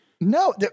no